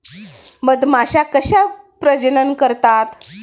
मधमाश्या कशा प्रजनन करतात?